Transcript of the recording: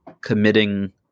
committing